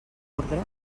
ordre